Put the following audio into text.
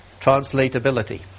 translatability